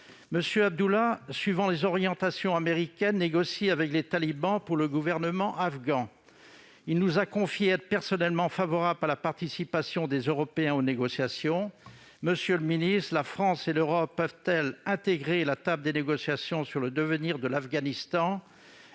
Abdullah Abdullah, suivant les orientations américaines, négocie avec les talibans au nom du gouvernement afghan. Il nous a confié être personnellement favorable à la participation des Européens aux négociations. Monsieur le secrétaire d'État, la France et l'Europe peuvent-elles intégrer la table des négociations sur le devenir de l'Afghanistan ?